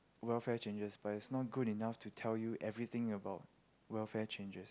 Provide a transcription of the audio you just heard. welfare changes but is not good enough to tell you everything about welfare changes